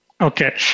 Okay